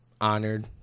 honored